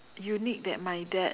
unique that my dad